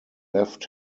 left